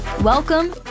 Welcome